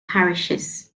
parishes